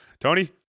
Tony